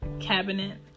cabinet